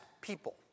people